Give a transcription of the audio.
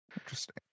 interesting